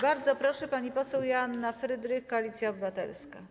Bardzo proszę, pani poseł Joanna Frydrych, Koalicja Obywatelska.